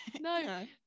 No